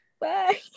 bye